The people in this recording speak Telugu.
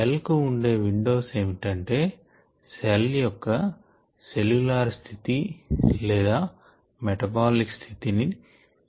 సెల్ కు ఉండే విండోస్ ఏమిటంటే సెల్ యొక్క సెల్ల్యూలార్ స్థితి లేదా మెటబాలిక్ స్థితి ని తెలిపే ఇండికేటర్స్ indicatorsసూచికలు